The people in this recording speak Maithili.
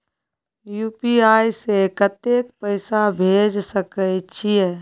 यु.पी.आई से कत्ते पैसा भेज सके छियै?